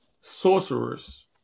sorcerers